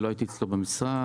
שלא הייתי אצלו במשרד,